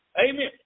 Amen